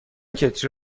کتری